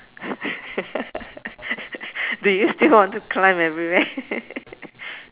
do you still want to climb everywhere